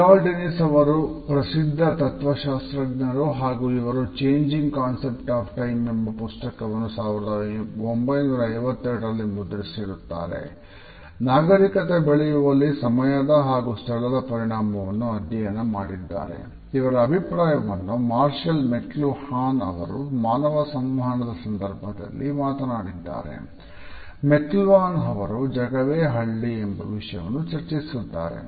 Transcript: Herald Innis ಎಂಬ ವಿಷಯವನ್ನು ಚರ್ಚಿಸಿದ್ದಾರೆ